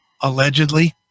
allegedly